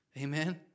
Amen